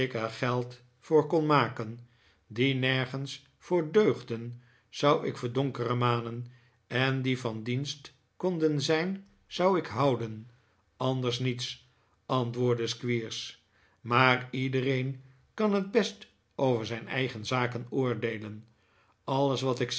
geld vppr kpn maken die nergens voor deugden zou ik verdpnkeremanen en die van dienst kpnden zijn zpu ik houden anders niets antwoordde squeers maar iedereen kan het best over zijn eigen zaken oordeelen alles wat ik